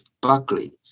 Buckley